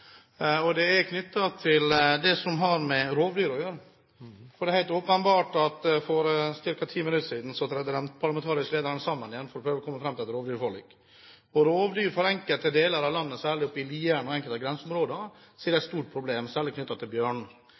hadde. Men mitt spørsmål til representanten Holmelid har med rovdyr å gjøre. For ca. 10 minutter siden trådte de parlamentariske lederne sammen igjen for å prøve å komme fram til et rovdyrforlik. For enkelte deler av landet, særlig oppe i Lierne og i enkelte grenseområder, er rovdyr, og særlig bjørn, et stort problem. Mitt spørsmål til